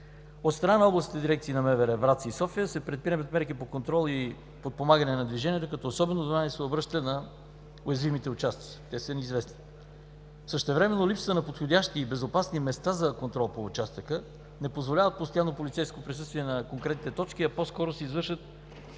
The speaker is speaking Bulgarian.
От страна на Областните дирекция на МВР – Враца и София се предприемат мерки по контрол и подпомагане на движението, като особено внимание се обръща на уязвимите участъци – те са ни известни. Същевременно липсата на подходящи и безопасни места за контрол по участъка не позволява постоянно полицейско присъствие на конкретните точки, а по-скоро се извършва